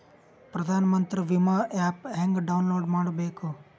ಪ್ರಧಾನಮಂತ್ರಿ ವಿಮಾ ಆ್ಯಪ್ ಹೆಂಗ ಡೌನ್ಲೋಡ್ ಮಾಡಬೇಕು?